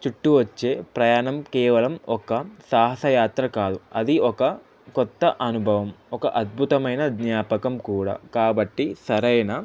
చుట్టూ వచ్చే ప్రయాణం కేవలం ఒక సాహసయాత్ర కాదు అది ఒక క్రొత్త అనుభవం ఒక అద్భుతమైన జ్ఞాపకం కూడా కాబట్టి సరైన